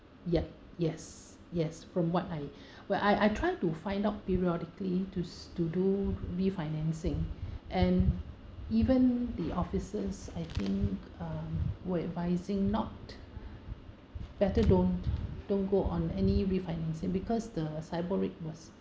yup yes yes from what I what I I try to find out periodically to s~ to do refinancing and even the officers I think uh were advising not better don't don't go on any refinancing because the S_I_B_O_R rate was